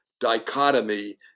dichotomy